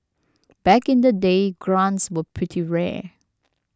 back in the day grants were pretty rare